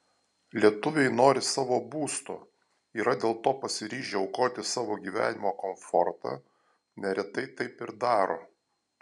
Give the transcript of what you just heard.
lietuviai nori savo būsto yra dėl to pasiryžę aukoti savo gyvenimo komfortą neretai taip ir daro